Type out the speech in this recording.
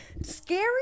scary